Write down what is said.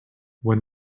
when